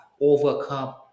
overcome